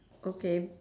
okay